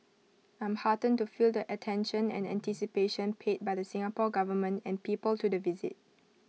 I'm heartened to feel the attention and anticipation paid by the Singapore Government and people to the visit